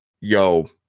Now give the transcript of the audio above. yo